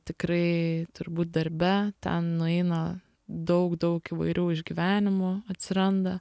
tikrai turbūt darbe ten nueina daug daug įvairių išgyvenimų atsiranda